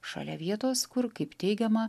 šalia vietos kur kaip teigiama